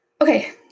Okay